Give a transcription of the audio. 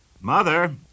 Mother